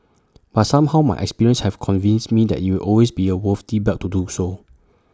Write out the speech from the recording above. but somehow my experiences have convinced me that IT will always be A worthy the bet to do so